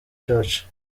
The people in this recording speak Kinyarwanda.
church